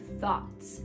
thoughts